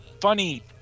funny